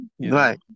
right